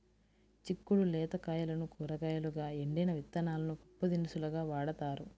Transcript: చిక్కుడు లేత కాయలను కూరగాయలుగా, ఎండిన విత్తనాలను పప్పుదినుసులుగా వాడతారు